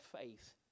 faith